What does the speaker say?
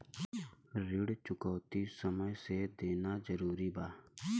ऋण चुकौती समय से देना जरूरी बा?